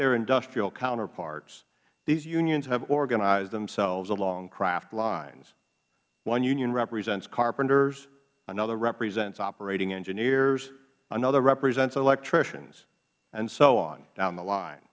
their industrial counterparts these unions have organized themselves along craft lines one union represents carpenters another represents operating engineers another represents electricians and so on down the line